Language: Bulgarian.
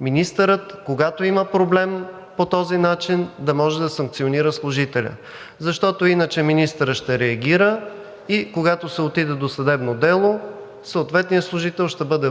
министърът, когато има проблем, по този начин да може да санкционира служителя. Защото иначе министърът ще реагира и когато се отиде до съдебно дело, съответният служител ще бъде